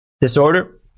disorder